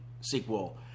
Sequel